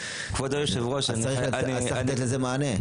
אז צריך לתת לזה מענה.